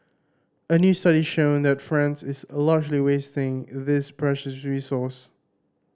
a new study shows that France is largely wasting this precious resource